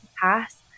pass